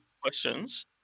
questions